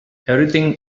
everything